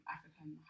African